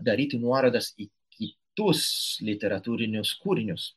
daryti nuorodas į kitus literatūrinius kūrinius